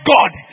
God